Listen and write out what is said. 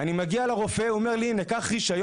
אני מגיע לרופא והוא אומר לי: "הנה, קח רישיון.